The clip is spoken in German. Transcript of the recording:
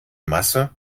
masse